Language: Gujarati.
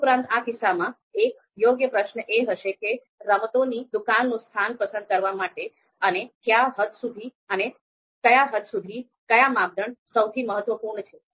તદુપરાંત આ કિસ્સામાં એક યોગ્ય પ્રશ્ન એ હશે કે રમતોની દુકાનનું સ્થાન પસંદ કરવા માટે અને કયા હદ સુધી કયા માપદંડ સૌથી મહત્વપૂર્ણ છે